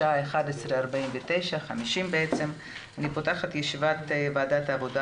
השעה 11:50. אני פותחת את ישיבת ועדת העבודה,